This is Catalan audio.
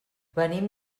venim